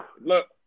look